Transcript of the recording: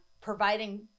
providing